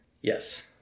Yes